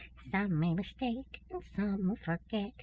some may mistake and some forget